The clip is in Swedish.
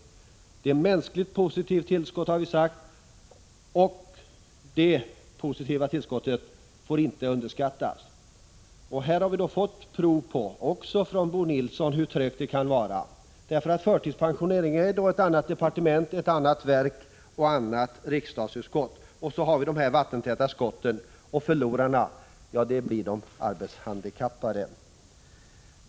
Det innebär ett mänskligt positivt tillskott, har vi sagt, och det positiva tillskottet får inte underskattas. Också här har vi fått prov på från Bo Nilsson hur trögt det kan vara. Förtidspensionering gäller ett annat departement, ett annat verk och ett annat riksdagsutskott — och så har vi de vattentäta skotten. Förlorarna blir de arbetshandikappade.